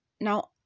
now